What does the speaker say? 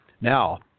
Now